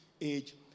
age